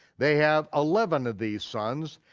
they have eleven of these sons,